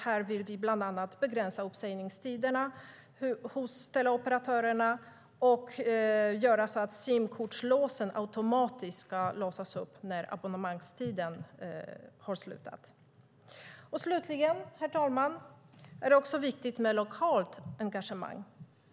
Här vill vi bland annat begränsa uppsägningstiderna hos teleoperatörerna och göra så att simkortslåsen automatiskt låses upp när abonnemangstiden har gått ut. Slutligen, herr talman, är det också viktigt med lokalt engagemang.